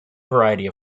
variety